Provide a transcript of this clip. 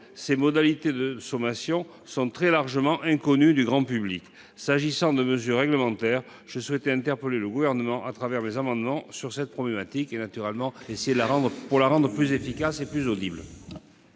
ces modalités de sommation sont très largement inconnues du grand public. S'agissant de mesures réglementaires, je souhaitais interpeller le Gouvernement sur cette procédure, en vue de la rendre plus efficace et plus audible.